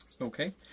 okay